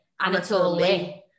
Anatoly